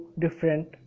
different